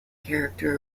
character